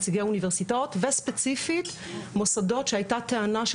נציגי אוניברסיטאות וספציפית מוסדות שהייתה טענה של